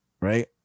right